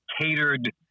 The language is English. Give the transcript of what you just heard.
catered